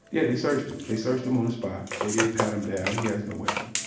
yeah, they searched him. they searched him on the spot they did pat him down, he has no weapon.